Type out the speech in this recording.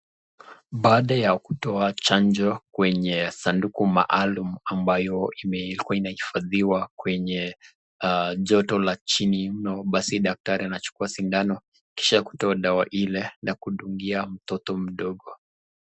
Baada ya kutoa chanjo kwenye sanduku maalum ambayo ilikua inahifadhiwa, kwenye joto la chini mno, basi daktari anachukua sindano, na kisha tukoa dawa Ile na kudungia mtoto mdogo.